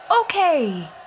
Okay